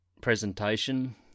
presentation